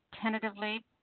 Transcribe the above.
tentatively